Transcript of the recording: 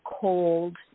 cold